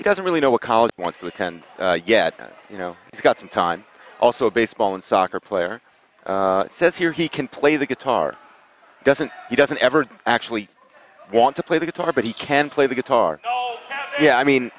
who doesn't really know what college wants to attend yet you know he's got some time also baseball and soccer player says here he can play the guitar doesn't he doesn't ever actually want to play the guitar but he can play the guitar yeah i mean